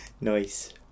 Nice